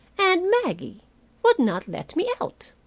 and maggie would not let me out!